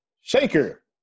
Shaker